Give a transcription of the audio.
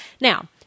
Now